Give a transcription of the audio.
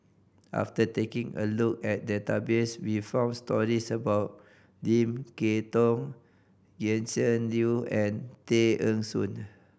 after taking a look at the database we found stories about Lim Kay Tong Gretchen Liu and Tay Eng Soon